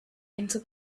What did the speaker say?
into